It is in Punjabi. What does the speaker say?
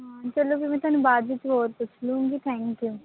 ਹਾਂ ਚਲੋ ਫਿਰ ਮੈਂ ਤੁਹਾਨੂੰ ਬਾਅਦ ਵਿੱਚ ਹੋਰ ਪੁੱਛ ਲੂੰਗੀ ਥੈਂਕ ਯੂ